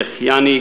שהחייני,